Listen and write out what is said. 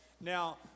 now